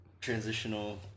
transitional